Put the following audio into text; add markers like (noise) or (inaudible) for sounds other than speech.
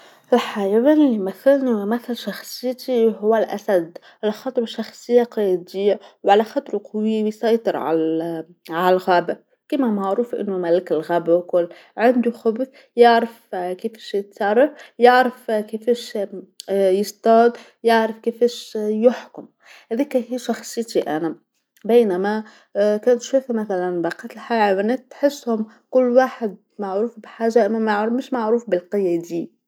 الحيوان اللي يمثلني ويمثل شخصيتي هو الأسد، علاخاطرو شخصيه قياديه، وعلاخاطرو قوي ويسيطر عال- عالغابه، كيما معروف أنو ملك الغابه الكل، عندو، (unintelligible) يعرف (hesitation) كيفاش يتصرف، يعرف (hesitation) كيفاش (hesitation) يصطاد، يعرف كيفاش يحكم، هاذيكا هي شخصيتي أنا، باينة ما، كون تشوف مثلا بقية الحيوانات تحسهم كل واحد معروف بحاجه أما مش معروف بالقيادي.